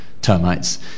termites